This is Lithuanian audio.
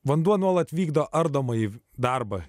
vanduo nuolat vykdo ardomąjį darbą